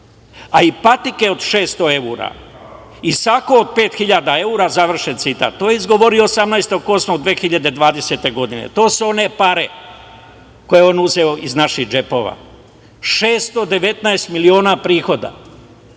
a i patike od 600 evra i sako od 5.000 evra“. To je izgovorio 18.08.2020. godine. To su one pare koje je on uzeo iz naših džepova, 619 miliona prihoda